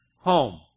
home